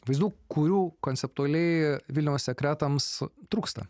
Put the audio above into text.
vaizdų kurių konceptuali vilniaus sekretams trūksta